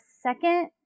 second